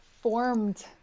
formed